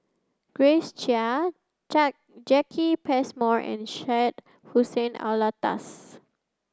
Grace Chia Jacki Passmore and Syed Hussein Alatas